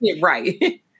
Right